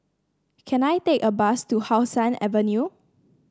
can I take a bus to How Sun Avenue